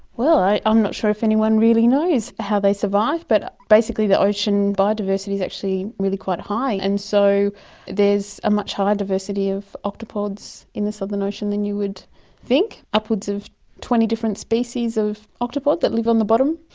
well, i'm not sure if anyone really knows how they survive, but basically the ocean biodiversity is actually really quite high and so there's a much higher diversity of octopods in the southern ocean than you would think, upwards of twenty different species of octopod that live on the bottom,